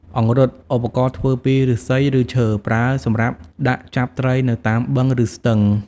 អង្រុត ឧបករណ៍ធ្វើពីឫស្សី ឬឈើ ប្រើសម្រាប់ដាក់ចាប់ត្រីនៅតាមបឹង ឬស្ទឹង។